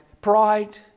pride